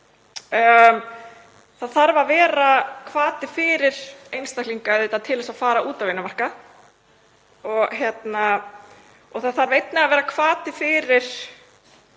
Það þarf að vera hvati fyrir einstaklinga til að fara út á vinnumarkaðinn. Það þarf einnig að vera hvati fyrir